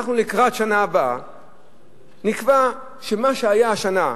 לקראת השנה הבאה נקבע שמה שהיה השנה,